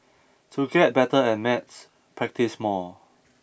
to get better at maths practise more